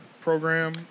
program